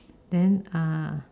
then uh